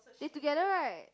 they together right